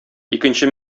икенче